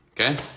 okay